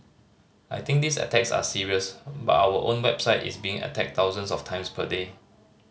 I think these attacks are serious but our own website is being attacked thousands of times per day